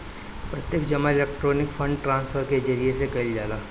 प्रत्यक्ष जमा electronic fund transfer के जरिया से कईल जाला